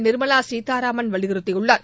நிர்மலா சீதாராமன் வலியுறுத்தியுள்ளார்